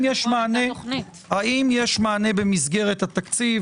האם יש מענה במסגרת התקציב?